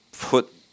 put